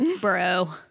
bro